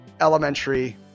elementary